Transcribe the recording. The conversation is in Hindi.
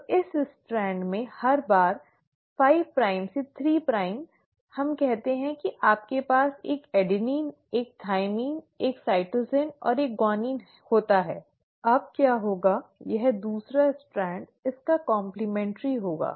तो इस स्ट्रैंड में हर बार 5 प्राइम से 3 प्राइम हम कहते हैं कि आपके पास एक एडेनिन एक थाइमिन एक साइटोसिन और एक ग्वानिन होता है अब क्या होगा यह दूसरा स्ट्रैंड इसका कॉम्प्लिमे᠎̮न्ट्रि होगा